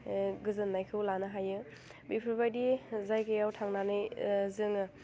गोजोन्नायखौ लानो हायो बेफोरबायदि जायगायाव थांनानै जोङो